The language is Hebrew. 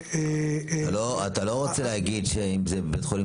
אתה לא רוצה להגיד שאם זה בית חולים